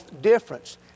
difference